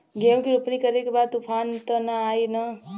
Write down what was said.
गेहूं के रोपनी करे के बा तूफान त ना आई न?